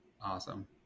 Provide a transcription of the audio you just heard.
Awesome